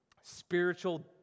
spiritual